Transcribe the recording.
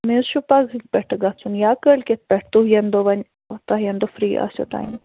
مےٚ حظ چھُ پَگہٕکۍ پٮ۪ٹھ گَژھُن یا کٲلۍ کٮ۪تھ پٮ۪ٹھ تُہۍ ییٚمہِ دۄہ ؤنِو تۄہہِ ییٚمہِ دۄہ فرٛی آسٮ۪و ٹایم